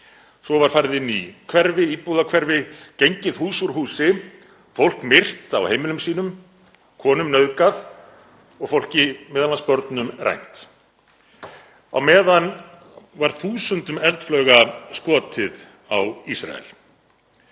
Svo var farið inn í íbúðahverfi, gengið hús úr húsi og fólk myrt á heimilum sínum, konum nauðgað og fólki, m.a. börnum, rænt. Á meðan var þúsundum eldflauga skotið á Ísrael.